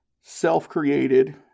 self-created